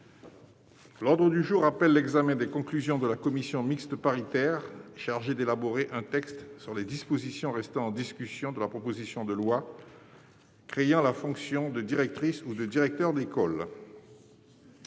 L'ordre du jour appelle l'examen des conclusions de la commission mixte paritaire chargée d'élaborer un texte sur les dispositions restant en discussion de la proposition de loi créant la fonction de directrice ou de directeur d'école